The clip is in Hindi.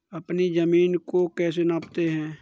अपनी जमीन को कैसे नापते हैं?